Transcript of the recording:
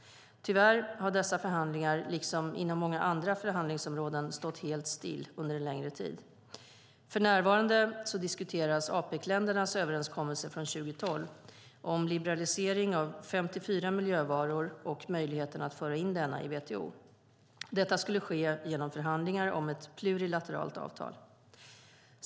Tyvärr har dessa förhandlingar, liksom inom många andra förhandlingsområden, stått helt still under en längre tid. För närvarande diskuteras Apecländernas överenskommelse från 2012 om liberalisering av 54 miljövaror och möjligheten att föra in denna i WTO. Detta skulle ske genom förhandlingar om ett plurilateralt avtal.